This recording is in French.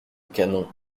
canon